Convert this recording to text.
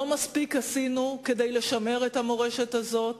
לא מספיק עשינו כדי לשמר את המורשת הזאת.